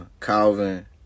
Calvin